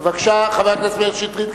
בבקשה, חבר הכנסת מאיר שטרית.